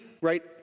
right